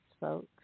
folks